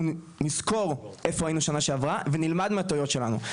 נזכור איפה היינו שנה שעברה ונלמד מהטעויות שלנו.